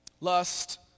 Lust